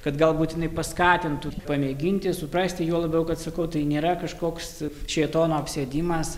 kad galbūt jinai paskatintų pamėginti suprasti juo labiau kad sakau tai nėra kažkoks šėtono apsėdimas